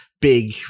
Big